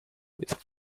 with